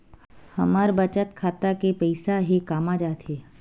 हमर बचत खाता के पईसा हे कामा जाथे?